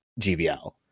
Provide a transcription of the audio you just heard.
GBL